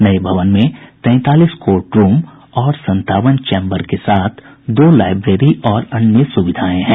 नये भवन में तैंतालीस कोर्ट रूम और संतावन चैम्बर के साथ दो लाईब्रेरी और अन्य सुविधाएं हैं